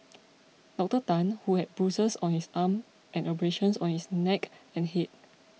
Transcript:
Doctor Tan who had bruises on his arm and abrasions on his neck and head